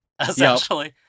essentially